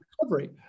recovery